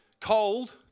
Cold